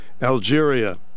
Algeria